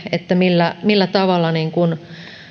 millä millä tavalla